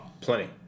plenty